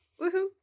woohoo